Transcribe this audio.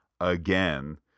again